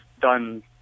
done